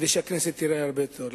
כדי שהכנסת תיראה הרבה יותר טוב.